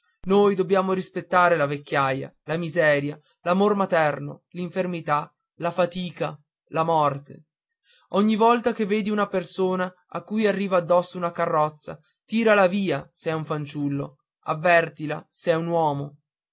noi dobbiamo rispettare la vecchiaia la miseria l'amor materno l'infermità la fatica la morte ogni volta che vedi una persona a cui arriva addosso una carrozza tiralo via se è un fanciullo avvertilo se è un uomo